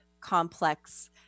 complex